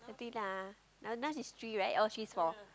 three lah now now she's three right oh she's four